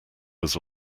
was